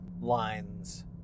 lines